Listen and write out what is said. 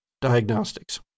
diagnostics